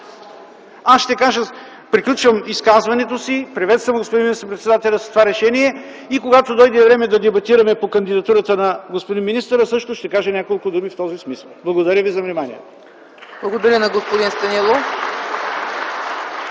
е ясно. Приключвам изказването си. Приветствам господин министър-председателя с това решение. Когато дойде време да дебатираме по кандидатурата на господин министъра, също ще кажа няколко думи в този смисъл. Благодаря ви за вниманието. (Ръкопляскания от